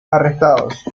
arrestados